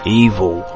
evil